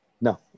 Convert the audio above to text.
No